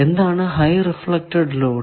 എന്താണ് high reflected load